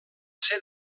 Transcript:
ser